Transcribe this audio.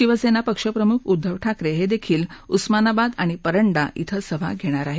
शिवसेना पक्षप्रमुख उद्धव ठाकरे हे देखील उस्मानाबाद आणि परंडा इथं सभा घेणार आहेत